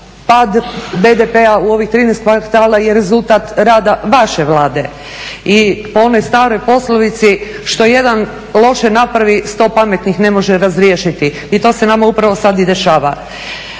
pad BDP-a u ovih 13 kvartala je rezultat rada vaše Vlade. I po onoj staroj poslovici "Što jedan loše napravi, 100 pametnih ne može razriješiti." I to se nama upravo sad i dešava.